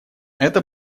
это